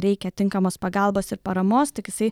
reikia tinkamos pagalbos ir paramos tik jisai